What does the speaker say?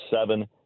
seven